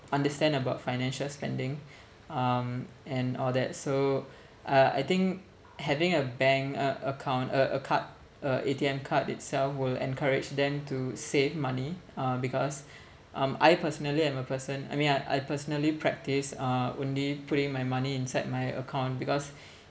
understand about financial spending um and all that so uh I think having a bank uh account uh a card a A_T_M card itself will encourage them to save money uh because um I personally am a person I mean I I personally practise uh only putting my money inside my account because